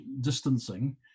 distancing